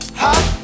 hot